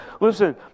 listen